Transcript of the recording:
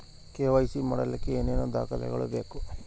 KYC ಮಾಡಲಿಕ್ಕೆ ಏನೇನು ದಾಖಲೆಬೇಕು?